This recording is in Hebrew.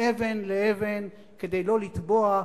מאבן לאבן כדי לא לטבוע,